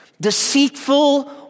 deceitful